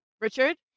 Richard